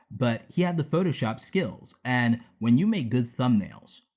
but he had the photoshop skills, and when you make good thumbnails,